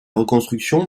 reconstruction